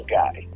guy